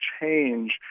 change